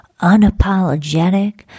unapologetic